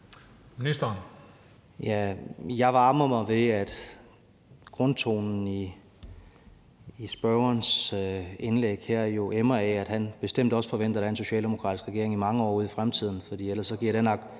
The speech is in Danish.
Jeg varmer mig ved, at grundtonen i spørgerens indlæg her emmer af, at han bestemt også forventer, at der er en socialdemokratisk regering mange år ud i fremtiden,